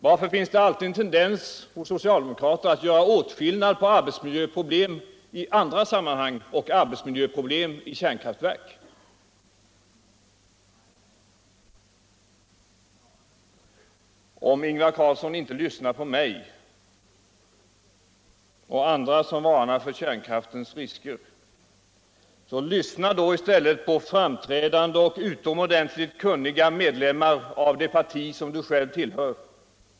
Varför finns det alltid en tendens hos socialdemokrater att göra åtskillnad på arbetsmiljöproblem i andra sammanhang och arbetsmiljöproblem i kärnkraftverk? Om Ingvar Carlsson inte lyssnar på mig och andra som varnar för kärnkraftens risker, så lyssna då i stället på tramträdande och utomordentligt kunniga medlemmar av det parti som du själv tillhör.